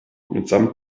mitsamt